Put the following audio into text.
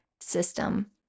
system